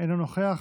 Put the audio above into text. אינו נוכח,